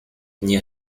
nie